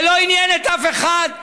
זה לא עניין את אף אחד.